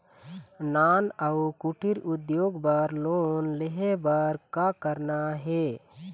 नान अउ कुटीर उद्योग बर लोन ले बर का करना हे?